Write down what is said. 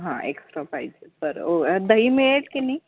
हां एक्स्ट्रा पाहिजे बरं दही मिळेल की नाही